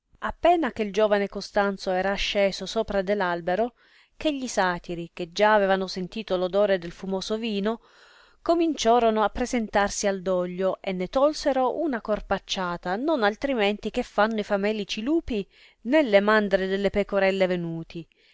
appena che giovane costanzo era asceso sopra de albero che gli satiri che già avevano sentito odore del fumoso vino cominciorono appresentarsi al doglio e ne tolsero una corpacciata non altrimenti che fanno i famelici lupi nelle mandre delle pecorelle venuti